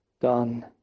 done